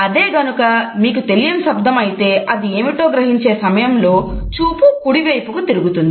అదే గనుక మీకు తెలియని శబ్దం అయితే అది ఏమిటో గ్రహించే సమయంలో చూపు కుడివైపుకు తిరుగుతుంది